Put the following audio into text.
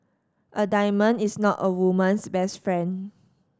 a diamond is not a woman's best friend